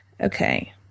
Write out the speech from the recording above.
Okay